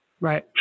Right